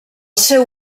seu